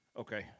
Okay